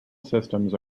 systems